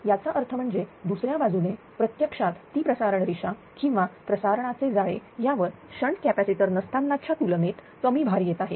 याचा अर्थ म्हणजे दुसऱ्या बाजूने प्रत्यक्षात ती प्रसारण रेषा किंवा प्रसारणाचे जाळे यावर शंट कॅपॅसिटर नसताना च्या तुलनेत कमी भार येत आहे